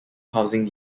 housing